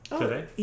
today